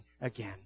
again